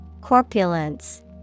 Corpulence